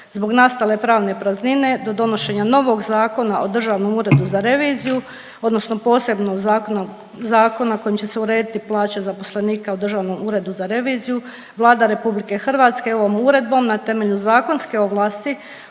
Zbog nastale pravne praznine do donošenja novog Zakona o državnom uredu za reviziju odnosno posebnog zakona, zakona kojim će se urediti plaće zaposlenika u Državnom uredu za reviziju, Vlada RH ovom uredbom na temelju zakonske ovlasti